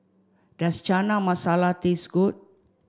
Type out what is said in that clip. does Chana Masala taste good